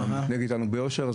אתה מתנהג איתנו ביושר,